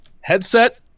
headset